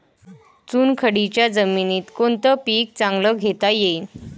चुनखडीच्या जमीनीत कोनतं पीक चांगलं घेता येईन?